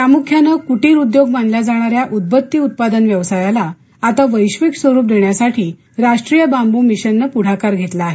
प्रामुख्याने कुटीर उद्योग मानल्या जाणाऱ्या उदबत्ती उत्पादन व्यवसायाला आता वैश्विक स्वरूप देण्यासाठी राष्ट्रीय बांबू मिशन ने पुढाकार घेतला आहे